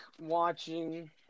watching